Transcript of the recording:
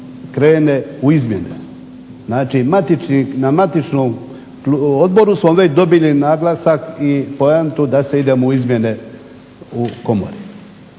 krene u izmjene. Znači, na matičnom odboru smo već dobili naglasak i poantu da se ide u izmjene u Komori.